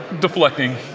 Deflecting